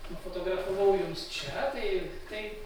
nufotografavau jums čia tai tai